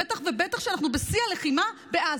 בטח ובטח כשאנחנו בשיא הלחימה בעזה.